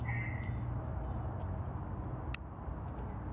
হ্যাঁ একদম হুম ঠিক আছে